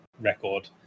record